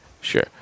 Sure